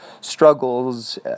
struggles